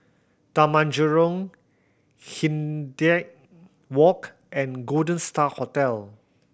Taman Jurong Hindhede Walk and Golden Star Hotel